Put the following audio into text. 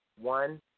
one